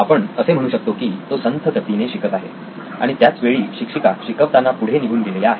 आपण असे म्हणू शकतो की तो संथ गतीने शिकत आहे आणि त्याच वेळी शिक्षिका शिकवताना पुढे निघून गेलेल्या आहेत